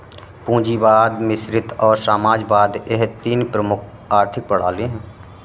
पूंजीवाद मिश्रित और समाजवाद यह तीन प्रमुख आर्थिक प्रणाली है